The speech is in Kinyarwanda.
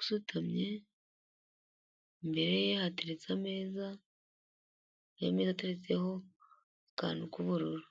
Usutamye imbere ye hateretse ameza, ayo meza ateretseho akantu k'ubururu.